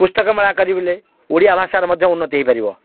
ପୁସ୍ତକ ମେଳା ଓଡ଼ିଆ ଭାଷାର ମଧ୍ୟ ଉନ୍ନତି ହୋଇପାରିବ